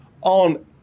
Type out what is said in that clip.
on